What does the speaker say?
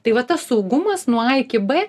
tai va tas saugumas nuo a iki b